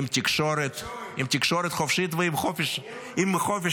עם תקשורת, עם תקשורת חופשית ועם חופש הביטוי.